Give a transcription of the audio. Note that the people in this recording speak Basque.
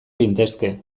gintezke